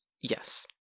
Yes